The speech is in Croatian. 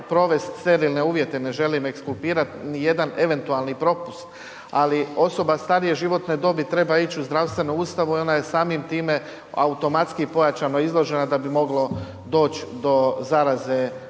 provest sterilne uvjete, ne želim ekskulpirat nijedan eventualni propust ali osoba starije životne dobi treba ić u zdravstvenu ustanovu i ona je samim time automatski pojačano izložena da bi moglo doć do zaraze korona